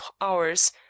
hours